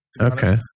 Okay